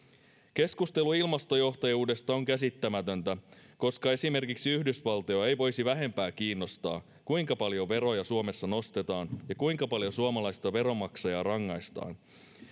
keskustelu ilmastojohtajuudesta on käsittämätöntä koska esimerkiksi yhdysvaltoja ei voisi vähempää kiinnostaa kuinka paljon veroja suomessa nostetaan ja kuinka paljon suomalaista veronmaksajaa rangaistaan